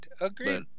Agreed